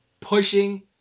pushing